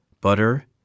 butter